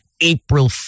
April